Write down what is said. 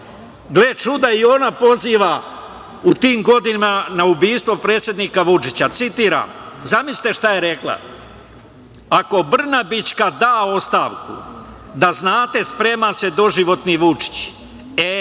Gle čuda i ona poziva u tim godinama na ubistvo predsednika Vučića. Citiram, zamislite šta je rekla -- „Ako Brnabićka da ostavku, da znate sprema se doživotni Vučić.